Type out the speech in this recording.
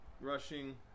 rushing